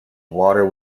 water